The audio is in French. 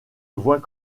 voit